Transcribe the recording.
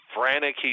frantic